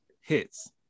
hits